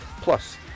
Plus